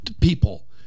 people